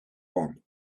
one